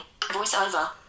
Voiceover